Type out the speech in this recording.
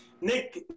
Nick